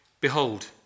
Behold